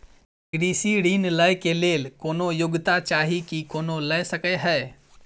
कृषि ऋण लय केँ लेल कोनों योग्यता चाहि की कोनो लय सकै है?